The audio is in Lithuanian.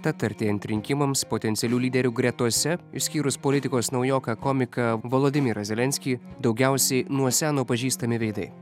tad artėjant rinkimams potencialių lyderių gretose išskyrus politikos naujoką komiką valodimirą zelenskį daugiausiai nuo seno pažįstami veidai